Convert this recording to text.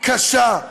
קשה,